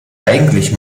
eigentlich